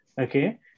okay